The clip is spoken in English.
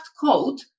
code